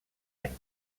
anys